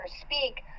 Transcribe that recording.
speak